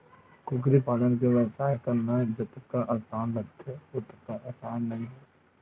कुकरी पालन के बेवसाय करना जतका असान लागथे ओतका असान नइ हे